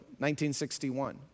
1961